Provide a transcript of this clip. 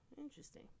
Interesting